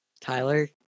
Tyler